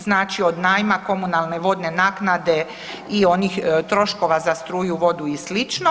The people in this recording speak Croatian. Znači od najma, komunalne vodne naknade i onih troškova za struju, vodu i sl.